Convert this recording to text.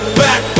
back